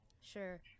sure